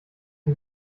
die